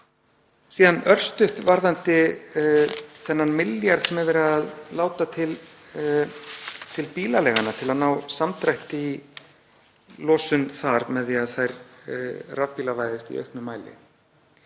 Síðan örstutt varðandi þennan milljarð sem verið er að láta til bílaleiganna til að ná samdrætti í losun þar með því að þær rafbílavæðist í auknum mæli.